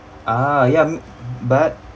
ah ya but